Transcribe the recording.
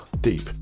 Deep